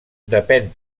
depèn